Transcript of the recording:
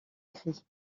cri